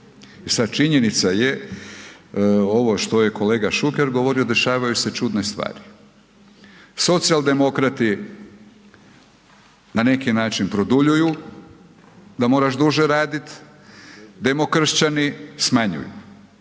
sada činjenica je ovo što je kolega Šuker govorio, dešavaju se čudne stvari, socijaldemokrati na neki način produljuju da moraš duže raditi, demokršćani smanjuju,